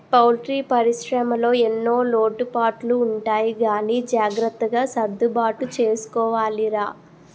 poultry పరిశ్రమలో ఎన్నో లోటుపాట్లు ఉంటాయి గానీ జాగ్రత్తగా సర్దుబాటు చేసుకోవాలిరా